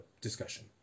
discussion